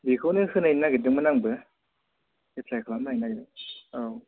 बेखौनो होनायनो नागेरदोंमोन आंबो एप्लाइ खालामनायनो नागेरदोंमोन औ